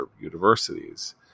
universities